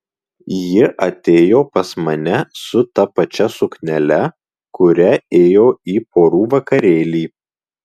ji atėjo pas mane su ta pačia suknele kuria ėjo į porų vakarėlį